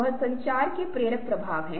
यह रस्म हिस्सा है